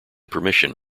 permission